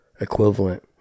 equivalent